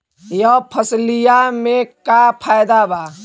यह फसलिया में का फायदा बा?